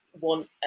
want